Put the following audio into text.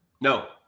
No